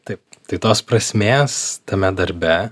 taip tai tos prasmės tame darbe